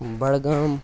Budgam